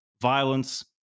violence